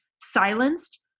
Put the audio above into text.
silenced